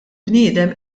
bniedem